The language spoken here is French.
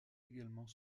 également